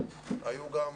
אנחנו לא יודעים.